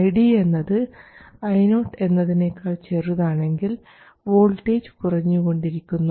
ID എന്നത് Io എന്നതിനേക്കാൾ ചെറുതാണെങ്കിൽ വോൾട്ടേജ് കുറഞ്ഞുകൊണ്ടിരിക്കുന്നു